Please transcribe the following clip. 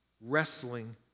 wrestling